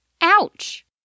Ouch